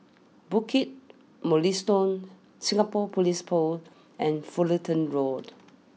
Bukit Mugliston Singapore police Paul and Fullerton Road